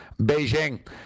Beijing